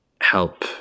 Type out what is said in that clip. help